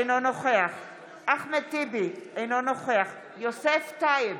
אינו נוכח אחמד טיבי, אינו נוכח יוסף טייב,